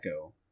echo